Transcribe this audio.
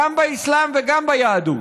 גם באסלאם וגם ביהדות,